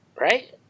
Right